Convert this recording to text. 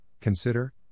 consider